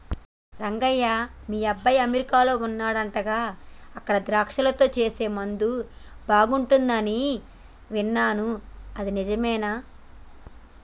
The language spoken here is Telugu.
రంగయ్య మీ అబ్బాయి అమెరికాలో వుండాడంటగా అక్కడ ద్రాక్షలతో సేసే ముందు బాగుంటది అని విన్నాను నిజమేనా